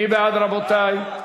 מי בעד, רבותי?